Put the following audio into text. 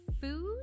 food